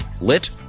Lit